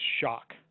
shock